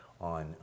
on